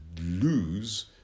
lose